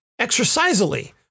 exercisally